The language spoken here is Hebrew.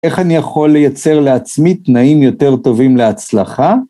איך אני יכול לייצר לעצמי תנאים יותר טובים להצלחה?